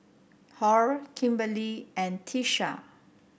Hall Kimberley and Tisha